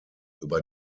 über